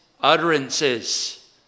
utterances